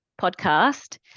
podcast